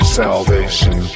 salvation